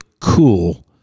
cool